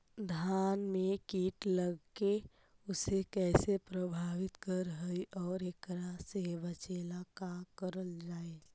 धान में कीट लगके उसे कैसे प्रभावित कर हई और एकरा से बचेला का करल जाए?